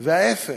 וההפך,